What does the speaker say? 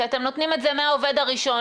כי אתם נותנים את זה מהעובד הראשון,